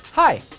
Hi